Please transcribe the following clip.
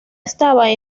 estaba